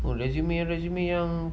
oh resume resume yang